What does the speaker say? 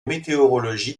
météorologie